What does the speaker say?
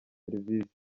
serivisi